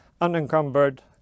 unencumbered